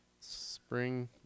Spring